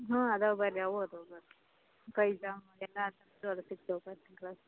ಹಾಂ ಇದಾವ್ ಬನ್ರಿ ಅವೂ ಇದಾವ್ ಬನ್ರಿ ಪೈಜಾಮ ಎಲ್ಲ ಸಿಗ್ತವೆ